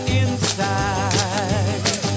inside